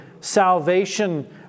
Salvation